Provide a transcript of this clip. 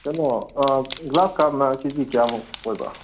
ꯀꯩꯅꯣ ꯒ꯭ꯂꯥꯁ ꯀꯞꯅ ꯀꯦꯖꯤ ꯀꯌꯥꯃꯨꯛ ꯑꯣꯏꯕ